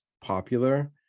popular